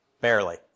barely